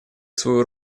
свою